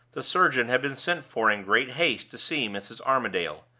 the surgeon had been sent for in great haste to see mrs. armadale.